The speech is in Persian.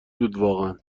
بودواقعا